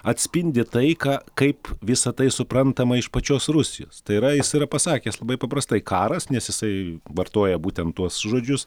atspindi tai ką kaip visa tai suprantama iš pačios rusijos tai yra jis yra pasakęs labai paprastai karas nes jisai vartoja būtent tuos žodžius